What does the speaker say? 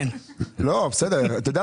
לא השתתפנו